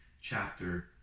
chapter